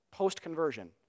post-conversion